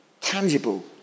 tangible